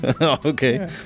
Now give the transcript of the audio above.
Okay